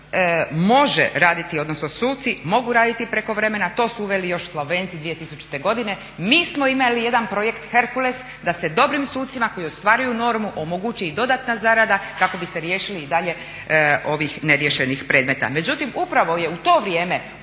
može raditi odnosno suci mogu raditi prekovremeno, a to su uveli još Slovenci 2000. godine. Mi smo imali jedan projekt Hercules da se dobrim sucima koji ostvaruju normu omogući i dodatna zarada kako bi se riješili i dalje ovih neriješenih predmeta.